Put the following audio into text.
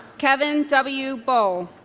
kevin w. boal